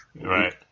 Right